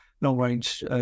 long-range